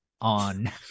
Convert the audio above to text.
on